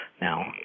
Now